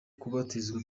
kubatizwa